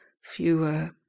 fewer